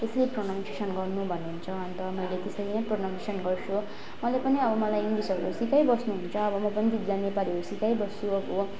यसरी प्रनन्सिएसन गर्नु भन्नुहुन्छ अन्त मैले त्यसरी नै प्रनन्सिएसन गर्छु उहाँले पनि अब मलाई इङ्ग्लिसहरू त सिकाइबस्नु हुन्छ अब म पनि दिदीलाई नेपालीहरू सिकाइबस्छु अब